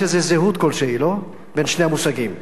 יש איזה זהות כלשהי בין שני המושגים,